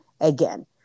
again